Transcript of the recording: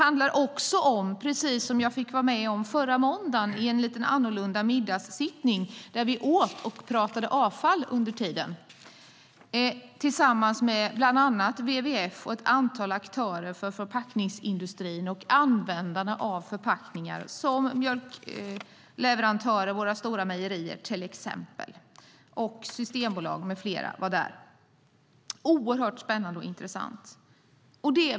Förra måndagen var jag på en lite annorlunda middagssittning där vi åt och pratade avfall under tiden. Bland annat var WWF, ett antal aktörer för förpackningsindustrin, användarna av förpackningarna, till exempel våra stora mejerier, Systembolaget med flera där. Det var oerhört spännande och intressant.